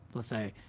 let's say.